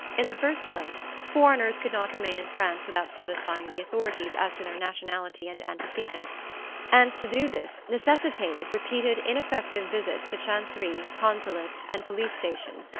in the first place, foreigners could not remain in france without satisfying the authorities as to their nationality and antecedents and to do this necessitated repeated ineffective visits to chanceries, consulates and police stations,